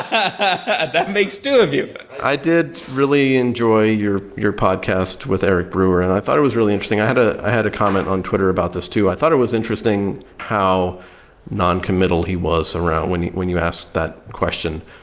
ah that makes two of you but i did really enjoy your your podcast with eric brewer. and i thought it was really interesting. i had ah i had a comment on twitter about this too. i thought it was interesting how non committal he was around when when you asked that question.